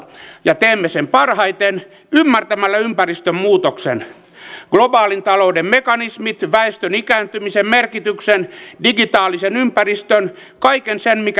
ja teemme sen parhaiten ymmärtämällä ympäristön muutoksen globaalin talouden mekanismit väestön ikääntymisen merkityksen digitaalisen ympäristön kaiken sen mikä ympärillä muuttuu